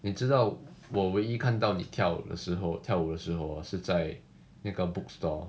你知道我唯一看到你跳的时候跳舞的时候 hor 是在那个 bookstore